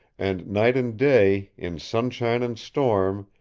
and night and day, in sunshine and storm,